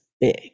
Big